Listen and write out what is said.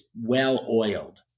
well-oiled